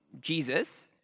Jesus